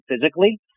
physically